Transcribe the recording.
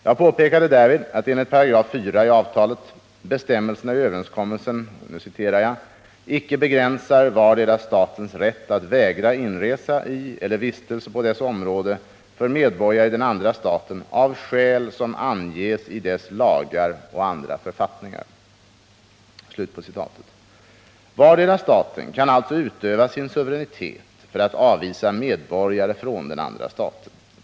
Jag påpekade därvid att enligt 4 § i avtalet bestämmelserna i överenskommelsen ”icke begränsar vardera statens rätt att vägra inresa i eller vistelse på dess område för medborgare i den andra staten av skäl som anges i dess lagar och andra författningar”. Vardera staten kan alltså utöva sin suveränitet för att avvisa medborgare från den andra staten.